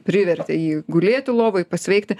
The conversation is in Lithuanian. privertė jį gulėti lovoj ir pasveikti